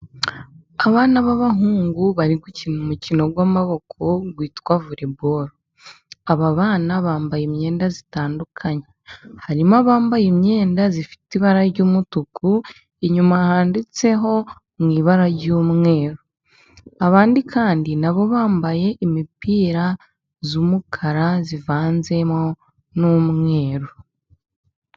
Abana b'abahungu bari gukina umukino w'amaboko, witwa voreboro. Aba bana bambaye imyenda itandukanye. Harimo abambaye imyenda ifite ibara ry'umutuku, inyuma handitseho mu ibara ry'umweru. Abandi kandi nabo bambaye imipira y'umukara ivanzemo n'umweru.